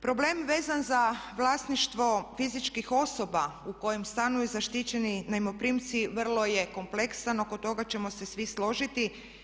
Problem vezan za vlasništvo fizičkih osoba u kojem stanuju zaštićeni najmoprimci vrlo je kompleksan, oko toga ćemo se svi složiti.